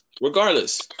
regardless